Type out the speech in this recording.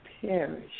perish